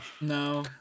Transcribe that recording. No